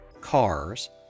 cars